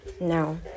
no